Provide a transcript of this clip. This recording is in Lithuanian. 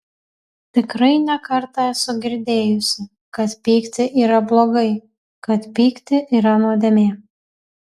tikrai ne kartą esu girdėjusi kad pykti yra blogai kad pykti yra nuodėmė